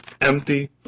empty